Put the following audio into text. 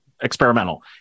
experimental